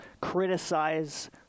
criticize